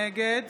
נגד